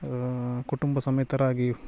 ಕುಟುಂಬ ಸಮೇತರಾಗಿ